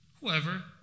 whoever